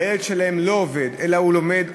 והילד שלהם לא עובד אלא הוא לומד,